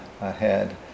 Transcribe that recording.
ahead